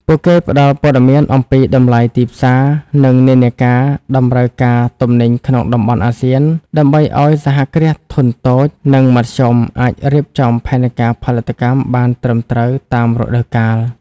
ពួកគេផ្ដល់ព័ត៌មានអំពីតម្លៃទីផ្សារ និងនិន្នាការតម្រូវការទំនិញក្នុងតំបន់អាស៊ាន ដើម្បីឱ្យ សហគ្រាសធុនតូច និងមធ្យមអាចរៀបចំផែនការផលិតកម្មបានត្រឹមត្រូវតាមរដូវកាល។